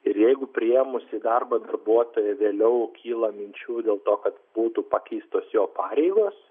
ir jeigu priėmusi darbą darbuotojui vėliau kyla minčių dėl to kad būtų pakeistos jo pareigos